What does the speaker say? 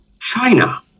China